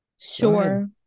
Sure